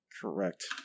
Correct